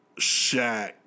Shaq